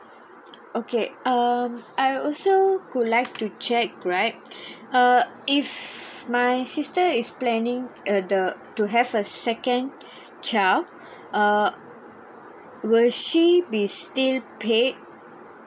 okay um I also would like to check right uh if my sister is planning uh the to have a second child err will she be still paid